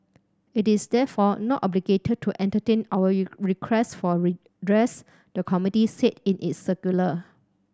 it is therefore not obligated to entertain our you requests for redress the committee said in its circular